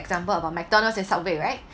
example of McDonald's and Subway right